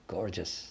Gorgeous